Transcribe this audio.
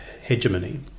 hegemony